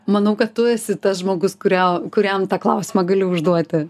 manau kad tu esi tas žmogus kuria kuriam tą klausimą gali užduoti